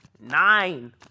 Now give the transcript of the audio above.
nine